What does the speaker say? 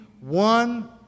one